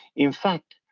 in fact,